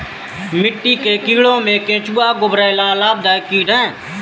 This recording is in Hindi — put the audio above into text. मिट्टी के कीड़ों में केंचुआ और गुबरैला लाभदायक कीट हैं